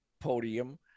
podium